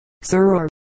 sir